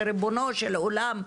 שריבונו של עולם,